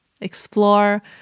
explore